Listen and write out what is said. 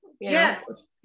Yes